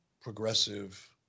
progressive